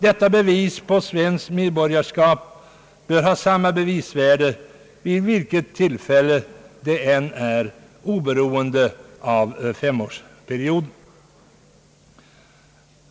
Detta bevis på svenskt medborgarskap bör ha samma värde vid vilket tillfälle det än är, oberoende av femårsgränsen.